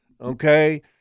okay